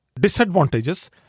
disadvantages